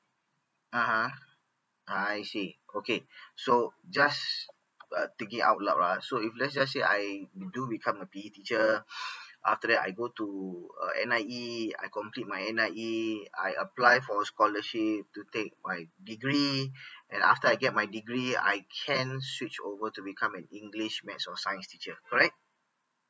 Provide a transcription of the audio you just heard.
(uh huh) I see okay so just uh thinking out loud ah so if let's just say I do become a P_E teacher after that I go to uh N_I_E I complete my N_I_E I apply for scholarship to take my degree and after I get my degree I can switch over to become an english maths or science teacher correct